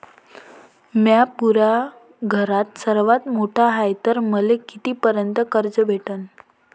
म्या पुऱ्या घरात सर्वांत मोठा हाय तर मले किती पर्यंत कर्ज भेटन?